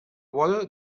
vora